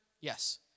Yes